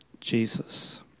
Jesus